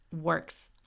works